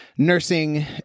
Nursing